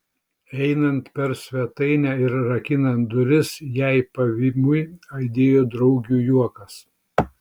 einant per svetainę ir rakinant duris jai pavymui aidėjo draugių juokas